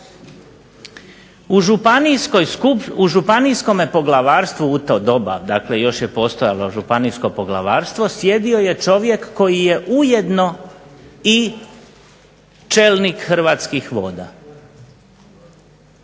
U Županijskome poglavarstvu u to doba, dakle još je postojalo Županijsko poglavarstvo, sjedio je čovjek koji je ujedno i čelnik Hrvatskih voda.